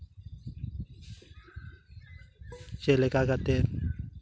ᱪᱮᱫᱞᱮᱠᱟ ᱠᱟᱛᱮ